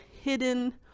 hidden